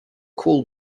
call